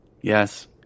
Yes